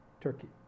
Turkey